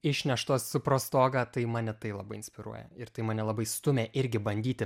išneštos pro stogą tai mane tai labai inspiruoja ir tai mane labai stumia irgi bandyti